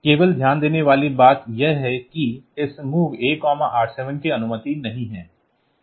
केवल ध्यान देने वाली बात यह है कि इस MOV A R7 की अनुमति नहीं है